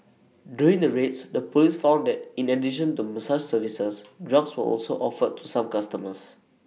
during the raids the Police found that in addition to massage services drugs were also offered to some customers